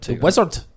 wizard